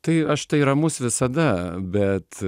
tai aš tai ramus visada bet